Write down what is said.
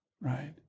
right